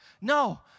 No